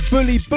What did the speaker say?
Bully